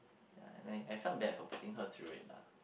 yeah like I felt bad for putting her through it lah